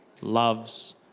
loves